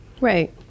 right